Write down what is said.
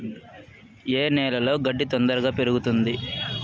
ఏ నేలలో గడ్డి తొందరగా పెరుగుతుంది